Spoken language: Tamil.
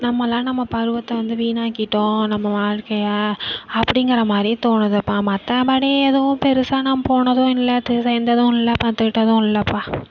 நம்மலாம் நம்ம பருவத்தை வந்து வீணாக்கிட்டோம் நம்ம வாழ்க்கையை அப்படிங்கிற மாதிரி தோணுதுப்பா மற்றபடி எதுவும் பெரிசா நான் போனதும் இல்லை து சேர்ந்ததும் இல்லை கற்றுக்கிட்டதும் இல்லைப்பா